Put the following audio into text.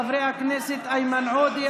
חברי הכנסת איימן עודה,